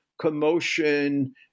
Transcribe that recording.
commotion